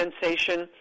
sensation